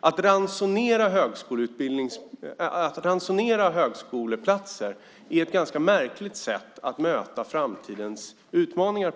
Att ransonera antalet högskoleplatser är ett ganska märkligt sätt att möta framtidens utmaningar.